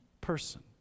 person